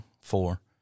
four